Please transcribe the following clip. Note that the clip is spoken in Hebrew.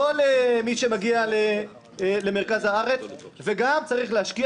לא למי שמגיע למרכז הארץ וגם צריך להשקיע